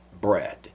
bread